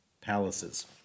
palaces